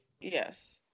Yes